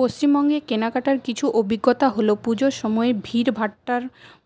পশ্চিমবঙ্গে কেনাকাটার কিছু অভিজ্ঞতা হল পুজোর সময় ভিড় ভাট্টার